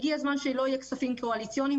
הגיע הזמן שלא יהיו כספים קואליציוניים,